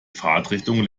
fahrtrichtung